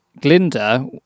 Glinda